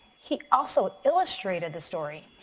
he also illustrated the story.